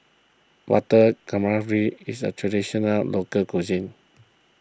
Butter Calamari is a Traditional Local Cuisine